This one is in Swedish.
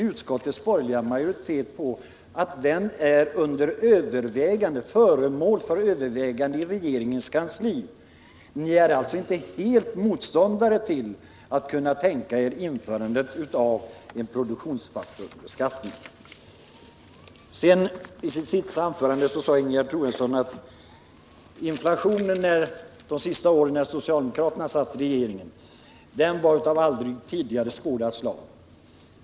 Utredningens borgerliga majoritet skriver ju att den är föremål för övervägande i regeringens kansli. Ni är alltså inte helt och hållet motståndare till tanken på införandet av en produktionsfaktorbeskattning. I sitt senaste anförande sade Ingegerd Troedsson att inflationen under de sista åren av socialdemokraternas tid i regeringen var av tidigare aldrig skådat slag.